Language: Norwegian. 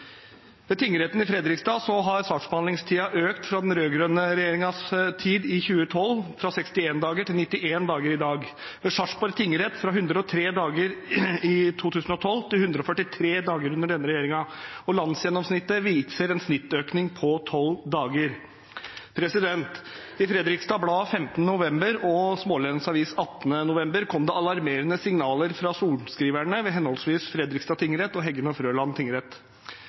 Ved tingretten i Fredrikstad har saksbehandlingstiden økt fra den rød-grønne regjeringens tid fra 61 dager i 2012 til 91 dager i dag og ved Sarpsborg tingrett fra 103 dager i 2012 til 143 dager med denne regjeringen. Landsgjennomsnittet viser en snittøkning på tolv dager. I Fredriksstad Blad 15. november og i Smaalenenes Avis 18. november kom det alarmerende signaler fra sorenskriverne ved henholdsvis Fredrikstad tingrett og Heggen og Frøland